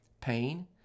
pain